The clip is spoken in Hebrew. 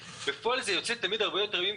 בפועל זה יוצא תמיד הרבה יותר ימים,